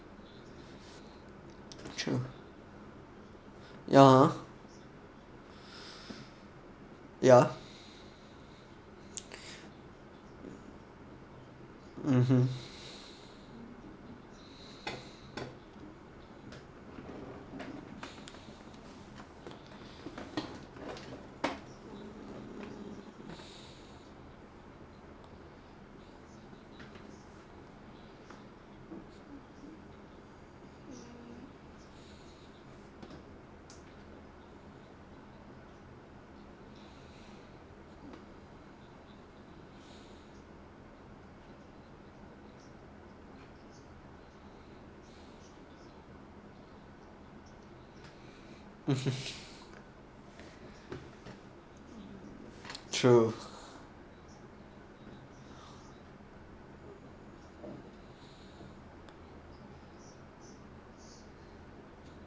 true ya ya mmhmm true